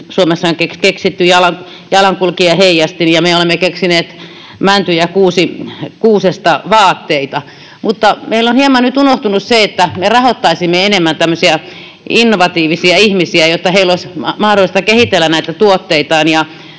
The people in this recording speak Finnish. Suomessa on keksitty jalankulkijaheijastin ja me olemme keksineet männystä ja kuusesta vaatteita, mutta meillä on hieman nyt unohtunut se, että me rahoittaisimme enemmän tämmöisiä innovatiivisia ihmisiä, jotta heillä olisi mahdollisuus kehitellä tuotteitaan.